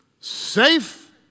safe